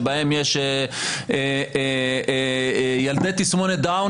שבהם יש ילדי תסמונת דאון,